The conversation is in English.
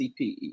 CPE